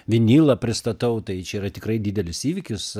vinilą pristatau tai čia yra tikrai didelis įvykis